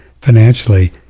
financially